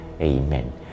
amen